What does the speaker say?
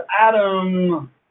Adam